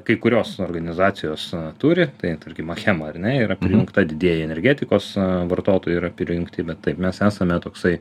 kai kurios organizacijos turi tai tarkim achema ar ne yra prijungta didieji energetikos vartotojai yra prijungti bet taip mes esame toksai